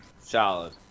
solid